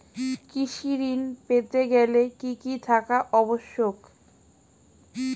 কৃষি ঋণ পেতে গেলে কি কি থাকা আবশ্যক?